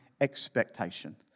expectation